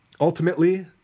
ultimately